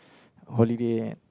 holiday